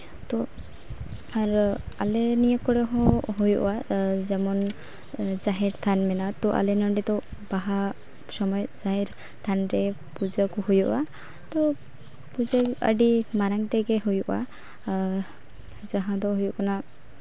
ᱛᱳ ᱟᱨᱚ ᱟᱞᱮ ᱱᱤᱭᱟᱹ ᱠᱚᱨᱮᱦᱚᱸ ᱦᱩᱭᱩᱜᱼᱟ ᱡᱮᱢᱚᱱ ᱡᱟᱦᱮᱨ ᱛᱷᱟᱱ ᱢᱮᱱᱟᱜᱼᱟ ᱛᱳ ᱟᱞᱮ ᱱᱚᱸᱰᱮ ᱫᱚ ᱵᱟᱦᱟ ᱥᱚᱢᱚᱭ ᱡᱟᱦᱮᱨ ᱛᱷᱟᱱ ᱨᱮ ᱯᱩᱡᱟᱹ ᱠᱚ ᱦᱩᱭᱩᱜᱼᱟ ᱛᱳ ᱟᱹᱰᱤ ᱢᱟᱨᱟᱝ ᱛᱮᱜᱮ ᱦᱩᱭᱩᱜᱼᱟ ᱡᱟᱦᱟᱸ ᱫᱚ ᱦᱩᱭᱩᱜ ᱠᱟᱱᱟ